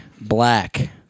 Black